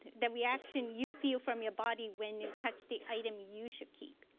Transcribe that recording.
the reaction you feel from your body when you touch the item you should keep.